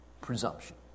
Presumption